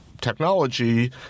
Technology